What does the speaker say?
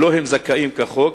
שלו הם זכאים כחוק,